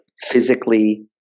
physically